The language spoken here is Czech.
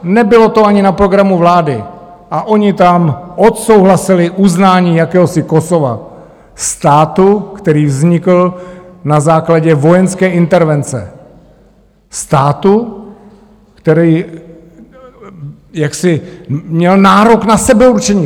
Nebylo to ani na programu vlády a oni tam odsouhlasili uznání jakéhosi Kosova, státu, který vznikl na základě vojenské intervence, státu, který měl nárok na sebeurčení.